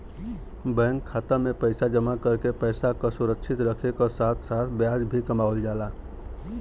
bank खाता में पैसा जमा करके पैसा क सुरक्षित रखे क साथ साथ ब्याज भी कमावल जाला